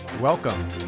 Welcome